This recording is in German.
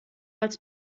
als